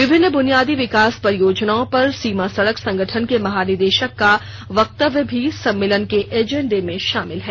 विभिन्न बुनियादी विकास परियोजनाओं पर सीमा सड़क संगठन के महानिदेशक का वक्तव्य भी सम्मेलन के एजेंडे में शामिल है